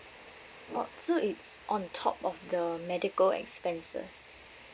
oh so it's on top of the medical expenses